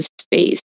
space